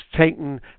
taken